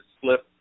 slip